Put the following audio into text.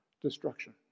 destruction